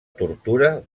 tortura